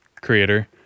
creator